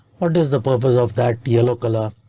what is the purpose of that yellow color?